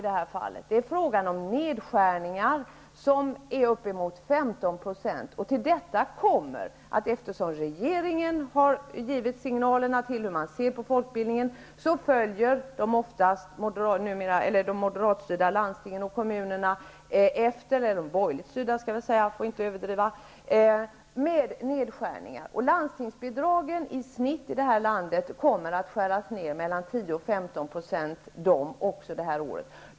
Det är fråga om nedskärningar på uppemot 15 %, och till detta kommer, att eftersom regeringen har givit signaler om hur man ser på folkbildningen, följer de borgerligt styrda landstingen och kommunerna efter med nedskärningar. Landstingsbidragen kommer i år att skäras ner med i snitt mellan 10 och 15 %.